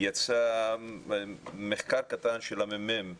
יצא מחקר קטן של הממ"מ